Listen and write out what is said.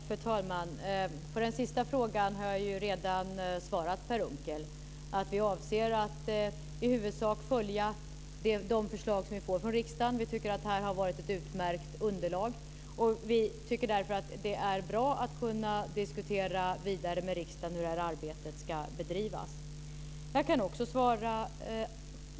Fru talman! När det gäller den sista frågan har jag redan svarat Per Unckel. Regeringen avser att i huvudsak följa de förslag som vi får från riksdagen. Vi tycker att det har varit ett utmärkt underlag. Vi tycker därför att det är bra att kunna diskutera vidare med riksdagen hur arbetet ska bedrivas.